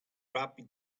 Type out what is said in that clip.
wrapped